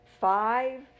five